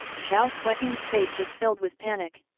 zhao xueqing's face was filled with panic,